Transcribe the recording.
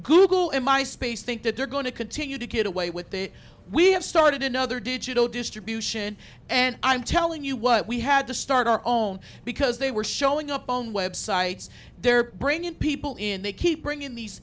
google in my space think that they're going to continue to get away with it we have started another digital distribution and i'm telling you what we had to start our own because they were showing up on websites they're bringing people in they keep